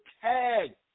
tag